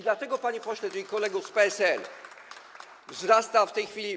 Dlatego, panie pośle, drogi kolego z PSL, wzrasta w tej chwili.